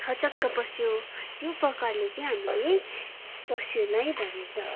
थचक्क बस्यो त्यो प्रकारले चाहिँ हामीले बस्योलाई भनिन्छ